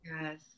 Yes